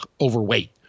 overweight